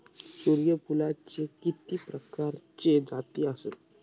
सूर्यफूलाचे किती प्रकारचे जाती आसत?